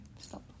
stop